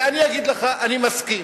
ואני אגיד לך: אני מסכים.